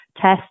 Test